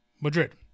Madrid